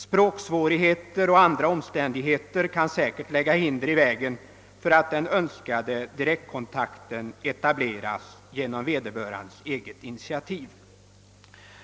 Språksvårigheter och andra omständigheter kan säkert lägga hinder i vägen för att den önskade direktkontakten etableras genom vederbörandes eget initiativ.